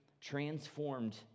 transformed